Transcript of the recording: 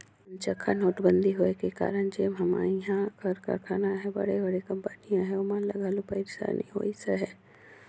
अनचकहा नोटबंदी होए का कारन जेन हमा इहां कर कारखाना अहें बड़े बड़े कंपनी अहें ओमन ल घलो पइरसानी होइस अहे